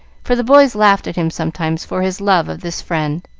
for the boys laughed at him sometimes for his love of this friend.